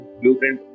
blueprint